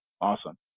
Awesome